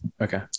Okay